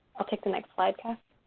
i'll take the next slide, cass.